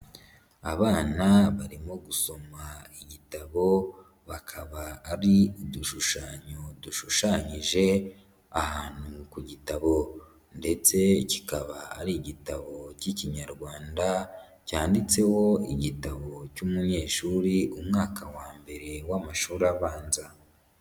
Abana barimo gusoma igitabo bakaba ari udushushanyo dushushanyije ahantu ku gitabo ndetse kikaba ari igitabo k'Ikinyarwanda cyanditseho igitabo cy'umunyeshuri, umwaka wa mbere w'amashuri abanza.